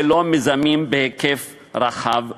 ולא מיזמים בהיקף רחב ולאומי.